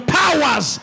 powers